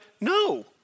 no